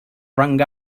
rang